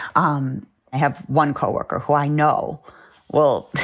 um i have one co-worker who i know well.